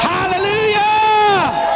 Hallelujah